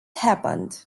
happened